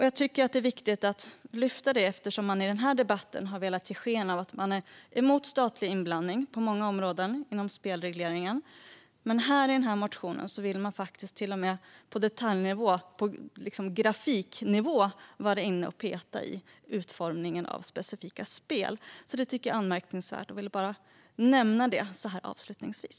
Jag tycker att det är viktigt att lyfta fram det, eftersom man i denna debatt har velat ge sken av att man är emot statlig inblandning på många områden inom spelregleringen. Men i denna motion vill man till och med på detaljnivå - på grafiknivå - vara inne och peta i utformningen av specifika spel. Detta tycker jag är anmärkningsvärt, och jag ville nämna det avslutningsvis.